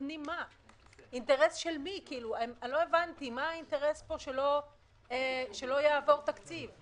אם לא, אז תחפשו